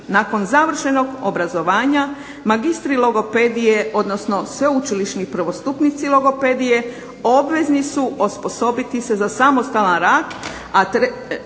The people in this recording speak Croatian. nakon završenog obrazovanja magistri logopedije odnosno sveučilišnom prvostupniku logopedije obvezni su osposobiti se za samostalan rad,